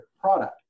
product